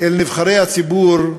אל נבחרי הציבור,